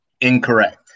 incorrect